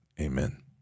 Amen